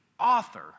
author